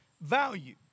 value